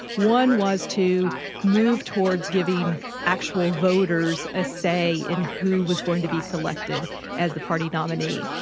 one was to move towards giving actual voters a say in who was going to be selected as the party nominee.